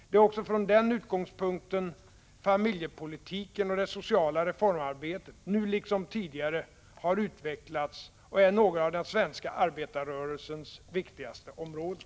Det är också från den utgångspunkten familjepolitiken och det sociala reformarbetet — nu liksom tidigare — har utvecklats och är några av den svenska arbetarrörelsens viktigaste områden.